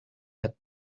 had